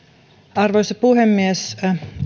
arvoisa puhemies